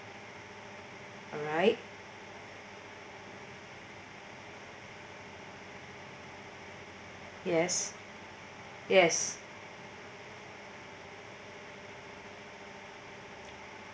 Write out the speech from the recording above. alright yes yes